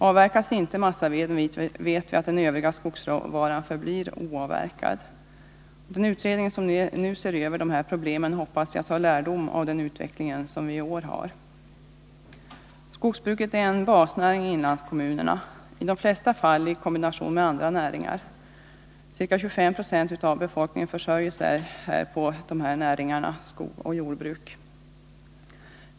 Avverkas inte massaveden vet vi att den övriga skogsråvaran förblir oavverkad. Jag hoppas att den utredning som nu ser över dessa problem tar lärdom av den utveckling vi har i år. Skogsbruket är en basnäring i inlandskommunerna, i de flesta fall i kombination med andra näringar. Ca 25 90 av befolkningen försörjer sig där på näringarna skogsoch jordbruk.